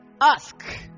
ask